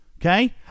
okay